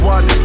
One